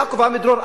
יעקב עמידרור,